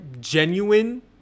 genuine